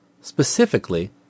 specifically